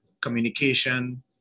communication